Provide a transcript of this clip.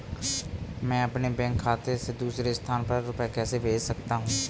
मैं अपने बैंक खाते से दूसरे स्थान पर रुपए कैसे भेज सकता हूँ?